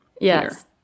Yes